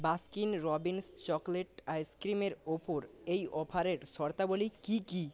Baskin Robbins chocolate আইসক্রিমের ওপর এই অফারের শর্তাবলী কি কি